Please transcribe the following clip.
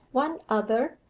one other,